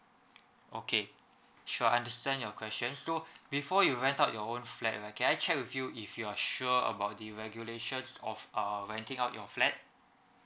okay sure I understand your question so before you rent out your own flat right can I check with you if you are sure about the regulations of uh renting out your flat